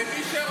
למי שרוצה.